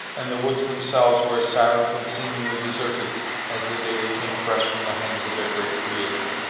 and the woods themselves were as silent and seemingly deserted as the day they came fresh from the hands of their great creator.